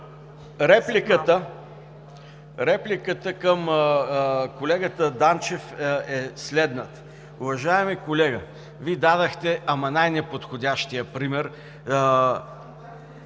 Репликата към колегата Данчев е следната. Уважаеми колега, Вие дадохте най-неподходящия пример